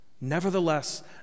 nevertheless